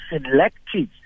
selective